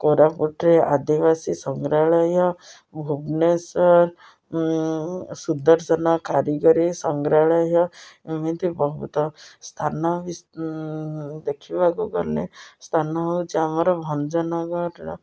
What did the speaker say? କୋରାପୁଟରେ ଆଦିବାସୀ ସଂଗ୍ରହାଳୟ ଭୁବନେଶ୍ୱର ସୁଦର୍ଶନ କାରିଗରୀ ସଂଗ୍ରହାଳୟ ଏମିତି ବହୁତ ସ୍ଥାନ ଦେଖିବାକୁ ଗଲେ ସ୍ଥାନ ହେଉଛି ଆମର ଭଞ୍ଜନଗରର